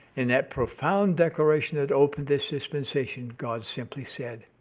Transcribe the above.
in that profound declaration that opened this dispensation, god simply said,